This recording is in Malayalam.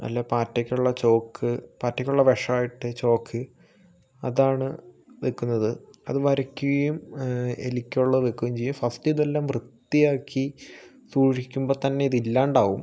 പാറ്റയ്ക്കുള്ള ചോക്ക് പാറ്റയ്ക്കുള്ള വിഷായിട്ട് ചോക്ക് അതാണ് വെക്കുന്നത് അത് വരക്കുകയും എലിക്കുള്ള വെക്കുകയും ചെയ്യും ഫസ്റ്റ് ഇതെല്ലാം വൃത്തിയാക്കി സൂക്ഷിക്കുമ്പോൾ തന്നെ ഇത് ഇല്ലാണ്ടാവും